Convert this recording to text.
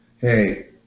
Hey